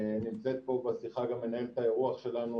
נמצאת פה בשיחה גם מנהלת האירוח שלנו,